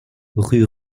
rue